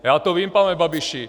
Já to vím, pane Babiši.